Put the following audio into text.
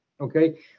okay